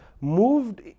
moved